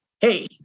hey